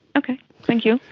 okay, thank you.